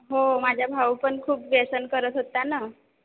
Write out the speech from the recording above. हो माझ्या भाऊ पण खूप व्यसन करत होता न